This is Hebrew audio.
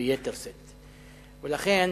לכן